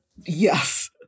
Yes